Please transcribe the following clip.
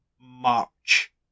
March